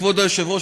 כבוד היושב-ראש,